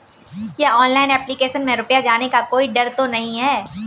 क्या online application में रुपया जाने का कोई डर तो नही है?